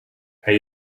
hij